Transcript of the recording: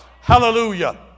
Hallelujah